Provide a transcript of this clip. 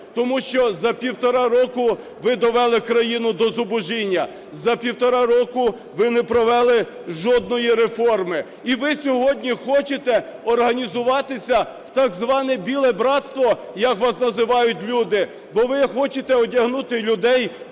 Тому що за півтора року ви довели країну до зубожіння, за півтора року ви не провели жодної реформи. І ви сьогодні хочете організуватися в так зване "біле братство", як вас називають люди. Бо ви хочете одягнути людей